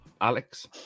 Alex